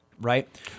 Right